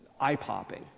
eye-popping